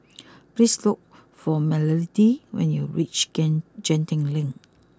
please look for Melodee when you reach Genting Link